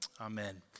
amen